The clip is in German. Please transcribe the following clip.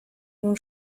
nun